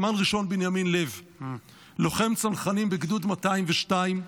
סמל ראשון בנימין לב, לוחם צנחנים בגדוד 202,